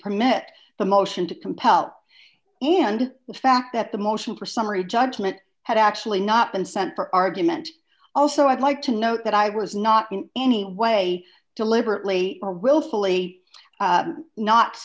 permit the motion to compel and the fact that the motion for summary judgment had actually not been sent for argument also i'd like to note that i was not in any way deliberately or willfully